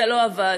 זה לא עבד.